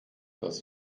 das